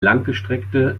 langgestreckte